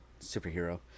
superhero